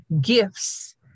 gifts